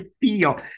feel